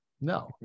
no